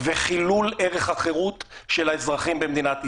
וחילול ערך החירות של האזרחים במדינת ישראל.